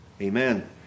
Amen